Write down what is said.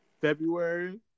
February